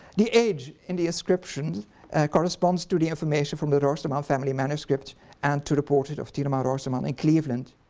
the age in the inscription corresponds to the information from the roosterman family manuscript and to the portrait of tieleman roosterman in cleveland.